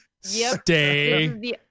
Stay